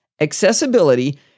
Accessibility